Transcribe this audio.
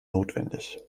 notwendig